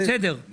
צ'רקסי